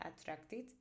attracted